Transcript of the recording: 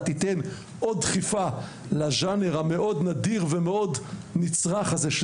תיתן עוד דחיפה לז'אנר הנדיר והנצרך הזה,